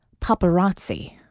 paparazzi